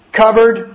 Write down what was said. covered